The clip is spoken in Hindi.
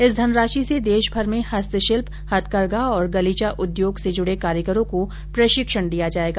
इस धनराषि से देषभर में हस्तषिल्प हथकरघा और गलीचा उद्योग से जुडे कारीगरों को प्रषिक्षण दिया जाएगा